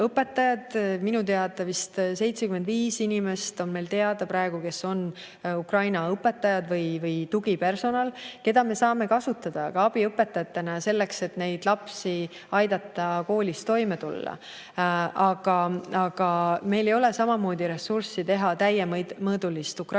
Minu teada vist 75 inimest on meil teada praegu, kes on Ukraina õpetajad või tugipersonal, keda me saame kasutada ka abiõpetajatena selleks, et aidata lastel koolis toime tulla. Aga meil ei ole samamoodi ressurssi teha täiemõõdulist ukraina